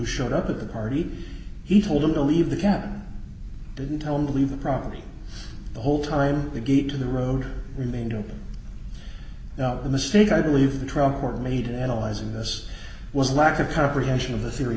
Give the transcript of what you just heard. showed up at the party he told them to leave the camp didn't tell him to leave the property the whole time the gate to the road remained open now the mistake i believe the trial court made in analyzing this was a lack of comprehension of the theory